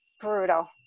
brutal